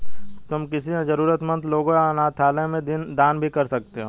तुम किसी जरूरतमन्द लोगों या अनाथालय में दान भी कर सकते हो